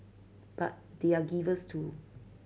but they are givers too